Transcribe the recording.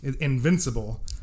Invincible